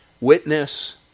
Witness